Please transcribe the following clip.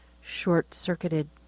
short-circuited